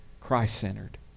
Christ-centered